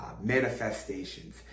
manifestations